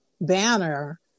Banner